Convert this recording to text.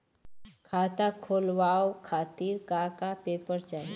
खाता खोलवाव खातिर का का पेपर चाही?